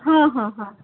हां हां हां